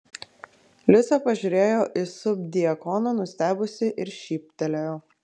liucė pažiūrėjo į subdiakoną nustebusi ir šyptelėjo